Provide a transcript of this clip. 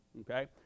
Okay